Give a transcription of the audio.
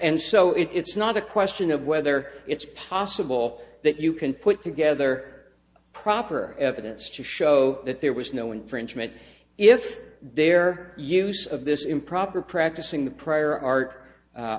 and so it's not a question of whether it's possible that you can put together proper evidence to show that there was no infringement if their use of this improper practicing the prior art a